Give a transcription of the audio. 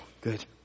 good